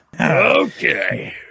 Okay